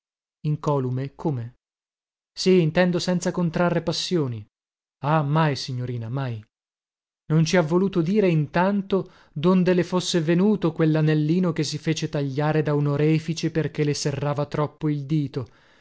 incolume come sì intendo senza contrarre passioni ah mai signorina mai non ci ha voluto dire intanto donde le fosse venuto quellanellino che si fece tagliare da un orefice perché le serrava troppo il dito